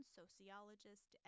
sociologist